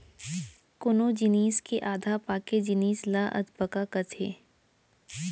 कोनो जिनिस के आधा पाके जिनिस ल अधपका कथें